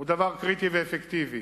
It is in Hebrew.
זה דבר קריטי ואפקטיבי.